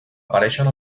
apareixen